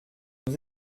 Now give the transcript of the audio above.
nous